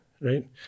right